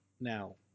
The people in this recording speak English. Now